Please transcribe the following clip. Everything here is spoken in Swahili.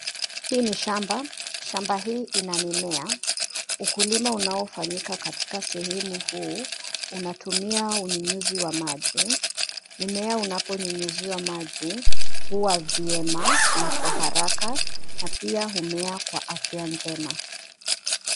Hii ni shamba. Shamba hii ina mimea. Ukulima unaofanyika katika sehemu huu unatumia unyunyuzi wa maji. Mimea unaponyunyuziwa maji huwa vyema na kwa haraka na pia humea kwa afya njema.